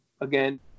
again